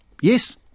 Yes